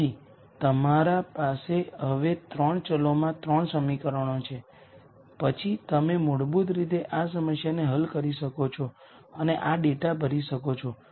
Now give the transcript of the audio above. તેથી તમારી પાસે હવે 3 વેરીએબલ્સ માં 3 સમીકરણો છે પછી તમે મૂળભૂત રીતે આ સમસ્યાને હલ કરી શકો છો અને આ ડેટા ભરી શકો છો